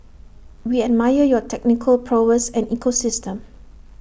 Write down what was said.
we admire your technical prowess and ecosystem